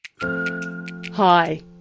Hi